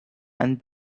and